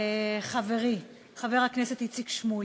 חברי חבר הכנסת איציק שמולי,